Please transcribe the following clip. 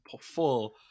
full